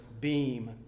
beam